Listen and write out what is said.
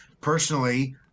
personally